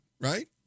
right